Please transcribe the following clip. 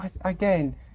again